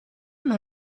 non